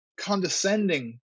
condescending